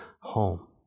home